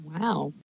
Wow